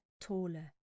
taller